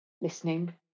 listening